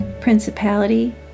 principality